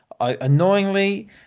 annoyingly